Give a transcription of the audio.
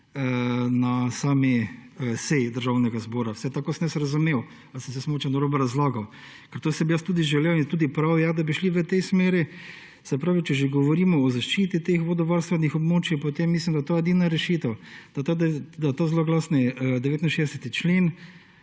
na sami seji Državnega zbora. Vsaj tako sem razumel. Ali sem si mogoče narobe razlagal? To sem tudi želel in tudi prav je, da bi šli v tej smeri. Se pravi, če že govorimo o zaščiti teh vodovarstvenih območij, potem mislim, da je to edina rešitev, da ta zloglasni 69. člen